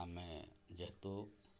ଆମେ ଯେହେତୁ